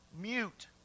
mute